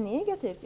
negativt.